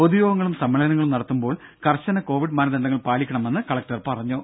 പൊതുയോഗങ്ങളും സമ്മേളനങ്ങളും നടത്തുമ്പോൾ കർശന കോവിഡ് മാനദണ്ഡങ്ങൾ പാലിക്കണമെന്നു കളക്ടർ പറഞ്ഞു